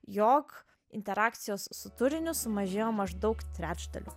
jog interakcijos su turiniu sumažėjo maždaug trečdaliu